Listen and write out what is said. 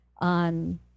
on